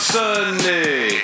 sunday